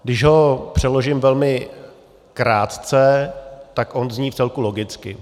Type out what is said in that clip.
Když ho přeložím velmi krátce, tak on zní vcelku logicky.